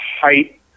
height